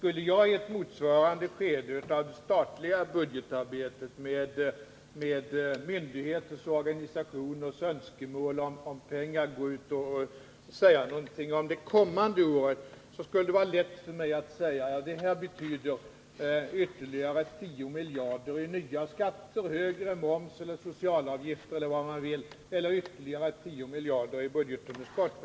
Om jag i ett motsvarande skede av det statliga budgetarbetet skulle säga något om det kommande året mot bakgrund av myndigheters och organisationers önskemål om pengar, vore det lätt att påvisa att det skulle behövas ytterligare 10 miljarder i nya skatter, högre moms eller sociala avgifter, eller också skulle det betyda ytterligare 10 miljarder i budgetunderskott.